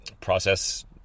Process